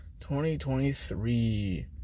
2023